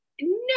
No